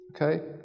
Okay